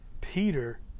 Peter